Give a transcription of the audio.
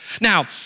Now